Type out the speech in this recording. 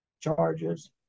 charges